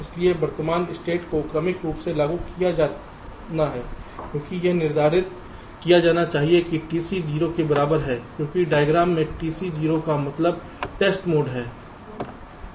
इसलिए वर्तमान स्टेट को क्रमिक रूप से लागू किया जाना है क्योंकि यह निर्धारित किया जाना चाहिए कि TC 0 के बराबर है क्योंकि डायग्राम में TC 0 का मतलब टेस्ट मोड है